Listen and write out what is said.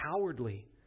cowardly